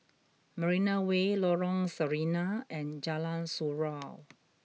Marina Way Lorong Sarina and Jalan Surau